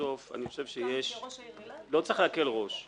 לא צריך להקל ראש.